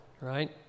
right